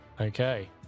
Okay